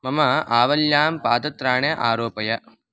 मम आवल्यां पादत्राणे आरोपय